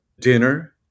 dinner